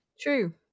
True